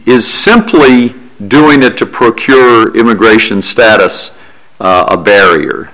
is simply doing it to procure immigration status a barrier